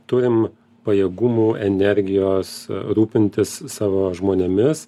turim pajėgumų energijos rūpintis savo žmonėmis